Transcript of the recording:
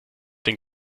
den